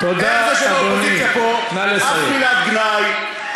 אף מילת גנאי,